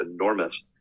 enormous